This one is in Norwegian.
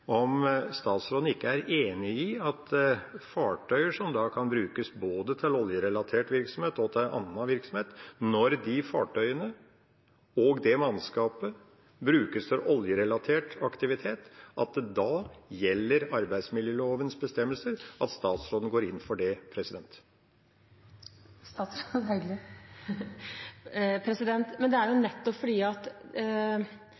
om statsråden ikke er enig i at for fartøyer som kan brukes både til oljerelatert virksomhet og til annen virksomhet – når de fartøyene og det mannskapet brukes til oljerelatert aktivitet – gjelder arbeidsmiljølovens bestemmelser. Går statsråden inn for det? Det er